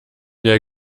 der